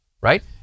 right